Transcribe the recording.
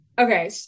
Okay